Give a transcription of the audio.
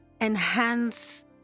enhance